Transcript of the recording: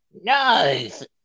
Nice